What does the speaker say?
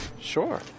sure